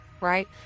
right